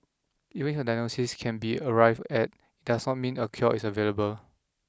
even if a diagnosis can be arrived at does not mean a cure is available